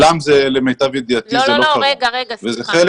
למיטב ידיעתי מעולם זה לא קרה וזה חלק